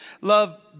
love